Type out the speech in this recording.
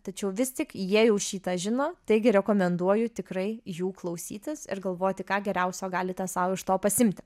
tačiau vis tik jie jau šį tą žino taigi rekomenduoju tikrai jų klausytis ir galvoti ką geriausio galite sau iš to pasiimti